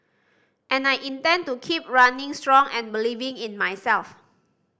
and I intend to keep running strong and believing in myself